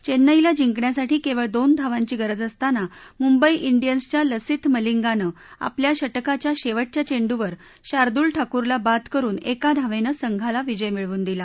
चेन्नईला जिंकण्यासाठी केवळ दोन धावांची गरज असताना मुंबई डियन्सच्या लसिथ मलिंगानं आपल्या षटकाच्या शेवटच्या चेंडूवर शादूल ठाकूरला बाद करुन एका धावेनं संघाला विजय मिळवून दिला